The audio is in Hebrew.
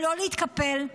לא להתקפל,